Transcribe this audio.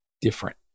different